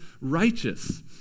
righteous